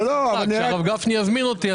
כשהרב גפני יזמין אותי.